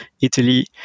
Italy